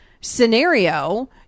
scenario